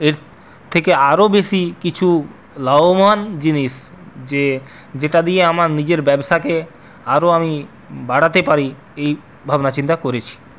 এর থেকে আরো বেশি কিছু লাভবান জিনিস যে যেটা দিয়ে আমরা নিজের ব্যাবসাকে আরও আমি বাড়াতে পারি এই ভাবনা চিন্তা করেছি